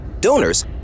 Donors